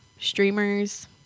streamers